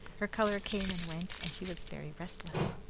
her colour came and went, and she was very restless.